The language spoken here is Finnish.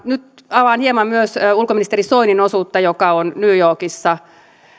nyt avaan hieman myös ulkoministeri soinin osuutta joka on new yorkissa